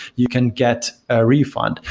you can get a refund.